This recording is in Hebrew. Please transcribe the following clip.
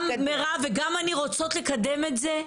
גם מירב וגם אני רוצות לקדם את זה.